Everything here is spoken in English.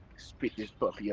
speakers but yeah